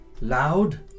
Loud